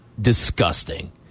disgusting